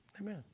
Amen